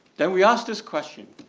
then we asked this question,